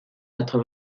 quatre